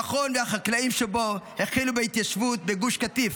המכון והחקלאים שבו החלו בהתיישבות בגוש קטיף,